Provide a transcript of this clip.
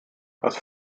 als